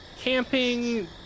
camping